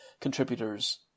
contributors